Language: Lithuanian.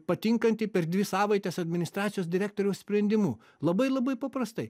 patinkantį per dvi savaites administracijos direktoriaus sprendimu labai labai paprastai